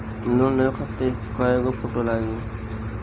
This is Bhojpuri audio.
लोन लेवे खातिर कै गो फोटो लागी?